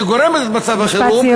שגורמת את מצב החירום,